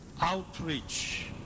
outreach